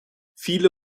viele